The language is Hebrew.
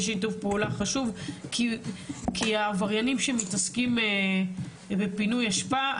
יש שיתוף פעולה חשוב כי העבריינים שמתעסקים בפינוי אשפה,